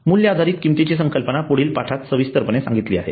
मूल्य आधारित किमतीची संकल्पना पुढील पाठात सविस्तरपणे सांगितली आहे